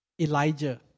Elijah